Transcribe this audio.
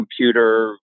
computer